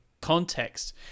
context